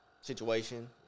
situation